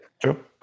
true